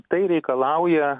tai reikalauja